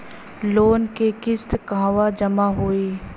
Loan के किस्त कहवा जामा होयी?